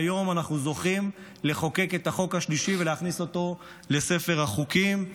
היום אנחנו זוכים לחוקק את החוק השלישי ולהכניס אותו לספר החוקים.